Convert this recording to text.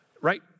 Right